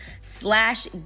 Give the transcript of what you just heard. slash